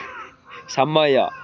ସମୟ